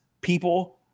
people